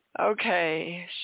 Okay